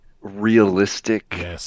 realistic